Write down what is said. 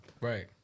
Right